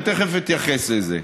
אני תכף אתייחס לזה.